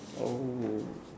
oh